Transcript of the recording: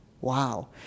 Wow